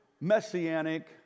messianic